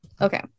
Okay